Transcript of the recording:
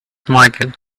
michael